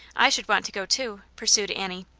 i should want to go too, pursued annie.